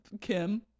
Kim